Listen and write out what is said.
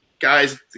guys